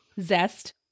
Zest